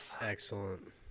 Excellent